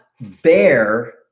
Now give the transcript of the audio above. bear